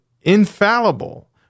infallible